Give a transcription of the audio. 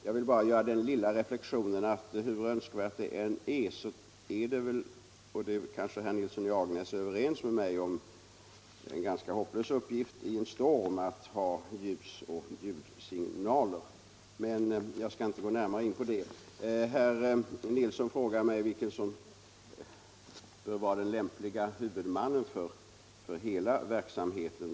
Jag vill bara göra den lilla reflexionen att hur önskvärt det än vore så är det — och detta är väl herr Nilsson i Agnäs överens med mig om —- en ganska hopplös uppgift att i storm använda ett system med ljusoch ljudsignaler. Herr Nilsson frågar mig vem som lämpligen bör vara huvudman för hela verksamheten.